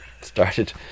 started